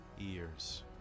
ears